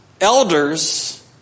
elders